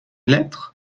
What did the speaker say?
lettre